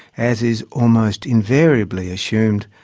as is almost invariably assumed,